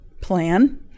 plan